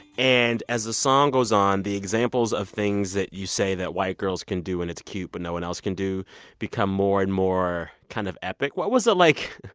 and as the song goes on, the examples of things that you say that white girls can do and it's cute but no one else can do become more and more kind of epic. what was it like?